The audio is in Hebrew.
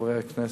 חברי הכנסת,